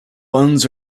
buns